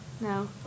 no